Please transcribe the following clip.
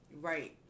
Right